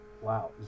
Wow